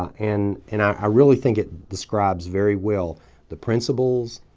and and i really think it describes very well the principles,